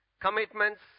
commitments